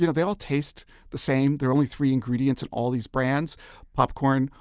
you know they all taste the same. there are only three ingredients in all these brands popcorn,